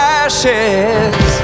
ashes